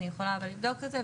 אני יכולה לבדוק את זה.